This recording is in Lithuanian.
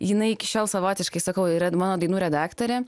jinai iki šiol savotiškai sakau yra mano dainų redaktorė